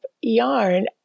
yarn